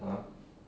(uh huh)